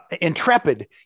intrepid